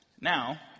Now